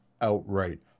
outright